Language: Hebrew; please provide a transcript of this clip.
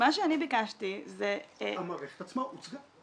מה שאני ביקשתי זה --- המערכת עצמה הוצגה,